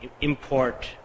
import